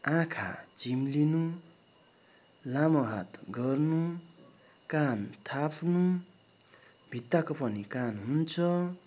आँखा चिम्लिनु लामो हात गर्नु कान थाप्नु भित्ताको पनि कान हुन्छ